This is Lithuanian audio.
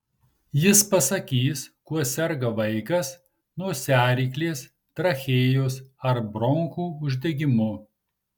jis pasakys kuo serga vaikas nosiaryklės trachėjos ar bronchų uždegimu